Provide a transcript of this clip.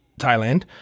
Thailand